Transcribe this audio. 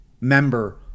member